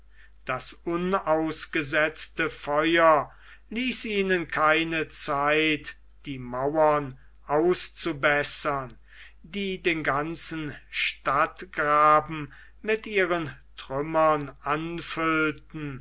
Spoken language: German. das unausgesetzte feuer ließ ihnen keine zeit die mauern auszubessern die den ganzen stadtgraben mit ihren trümmern anfüllten